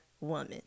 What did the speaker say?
woman